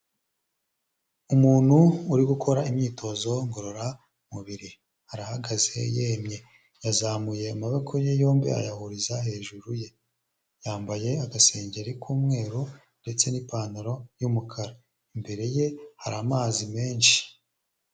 Umuntu uri gukora imyitozo ngororamubiri arahagaze yemye yazamuye amaboko ye yombi ayahuriza hejuru ye yambaye agasengeri k'umweru ndetse n'ipantaro y'umukara imbere ye hari amazi menshi.